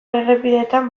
errepideetan